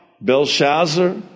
Belshazzar